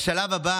השלב הבא